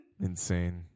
Insane